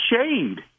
shade